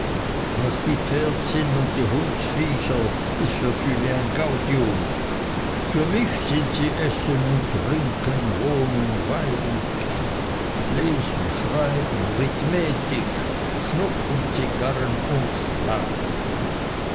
was die pferd sind und die hundsviecher ists für viele ein gaudium für mich sind sie essen und trinken wohnung weib und kind lesen schreiben und rithmetik schnupfen zigarren und schlaf